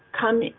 come